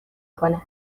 کند